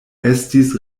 estis